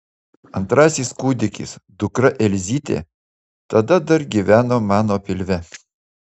antrasis kūdikis dukra elzytė tada dar gyveno mano pilve